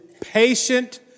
patient